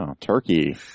turkey